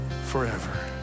forever